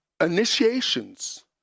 initiations